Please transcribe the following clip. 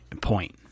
point